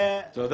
זו שערורייה.